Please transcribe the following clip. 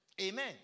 Amen